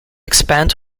expand